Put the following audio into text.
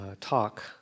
talk